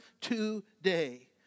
today